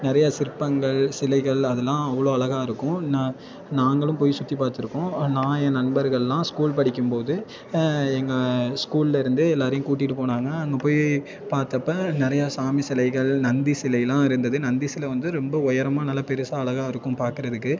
நிறைய சிற்பங்கள் சிலைகள் அதெலாம் அவ்வளோ அழகா இருக்கும் நான் நாங்களும் போய் சுற்றி பார்த்துருக்கோம் நான் என் நண்பர்களெலாம் ஸ்கூல் படிக்கும் போது எங்கள் ஸ்கூலிலேருந்தே எல்லாேரையும் கூட்டிகிட்டு போனாங்க அங்கே போய் பார்த்தப்ப நிறையா சாமி சிலைகள் நந்தி சிலையிலெலாம் இருந்தது நந்தி சிலை வந்து ரொம்ப உயரமா நல்லா பெருசாக அழகா இருக்கும் பார்க்கறதுக்கு